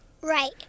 Right